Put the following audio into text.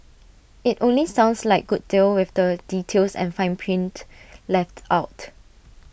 IT only sounds like good deal with the details and fine print left out